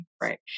right